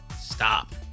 stop